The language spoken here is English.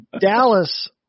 Dallas